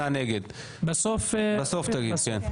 בסוף תגיד, כן.